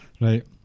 right